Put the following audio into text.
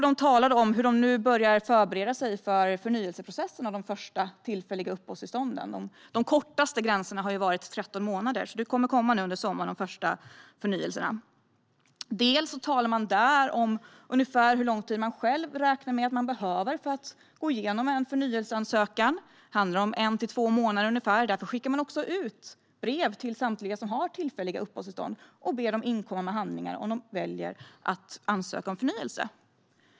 De talade om hur de nu börjar förbereda sig för förnyelseprocesserna och de första tillfälliga uppehållstillstånden. De kortaste gränserna har varit 13 månader, och de första förnyelserna kommer att komma nu under sommaren. De talade om ungefär hur lång tid de själva räknar med att de behöver för att gå igenom en förnyelseansökan. Det handlar om en till två månader. Därför skickar man ut brev till samtliga som har tillfälliga uppehållstillstånd och ber dem inkomma med handlingar, om de väljer att ansöka om förnyelse.